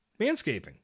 manscaping